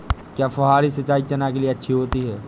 क्या फुहारी सिंचाई चना के लिए अच्छी होती है?